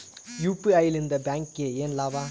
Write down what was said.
UPI ಲಿಂದ ಬ್ಯಾಂಕ್ಗೆ ಏನ್ ಲಾಭ?